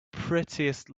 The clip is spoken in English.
prettiest